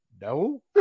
No